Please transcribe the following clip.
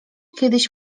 kiedyś